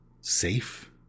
safe